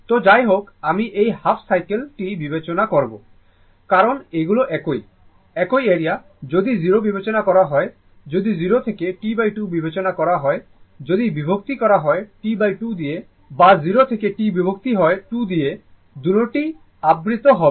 তো যাই হোক আমি এই হাফ সাইকেল টি বিবেচনা করব কারণ এগুলি একই একই এরিয়া যদি 0 বিবেচনা করা হয় যদি 0 থেকে T2 বিবেচনা করা হয় যদি বিভক্ত করা হয় T2 দিয়ে বা 0 থেকে T বিভক্ত হয় 2 দিয়ে দুনটি আবৃত হবে